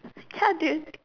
ya dude